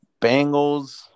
Bengals